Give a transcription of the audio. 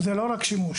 זה לא רק שימוש.